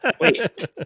wait